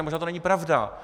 Možná to není pravda.